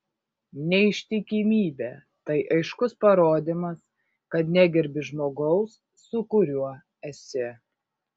neištikimybė tai aiškus parodymas kad negerbi žmogaus su kuriuo esi